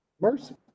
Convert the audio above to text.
Mercy